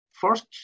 First